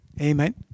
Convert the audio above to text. Amen